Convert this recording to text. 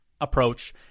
approach